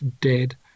dead